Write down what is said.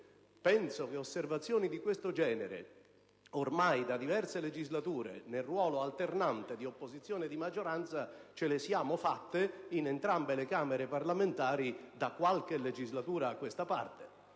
Penso che osservazioni di questo genere, ormai da diverse legislature, nel ruolo alternante di opposizione e di maggioranza, le abbiamo fatte in entrambe le Camere parlamentari. Ciò dimostra che questa è